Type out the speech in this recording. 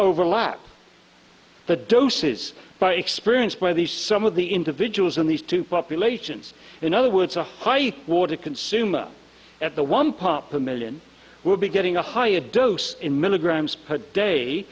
overlap the doses by experience by these some of the individuals in these two populations in other words the high water consumer at the one part per million will be getting a higher dose in milligrams per day